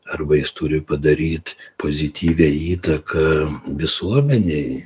arba jis turi padaryt pozityvią įtaką visuomenei